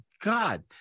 God